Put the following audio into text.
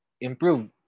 improve